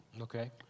Okay